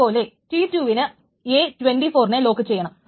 അതുപോലെ T2 വിന് a 24നെ ലോക്കുചെയ്യണം